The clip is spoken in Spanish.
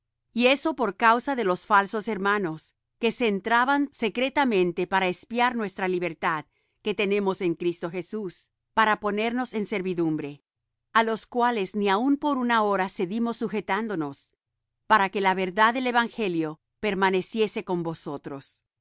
y eso por causa de los falsos hermanos que se entraban secretamente para espiar nuestra libertad que tenemos en cristo jesús para ponernos en servidumbre a los cuales ni aun por una hora cedimos sujetándonos para que la verdad del evangelio permaneciese con vosotros